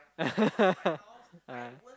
ah